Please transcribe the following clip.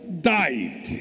died